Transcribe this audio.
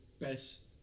best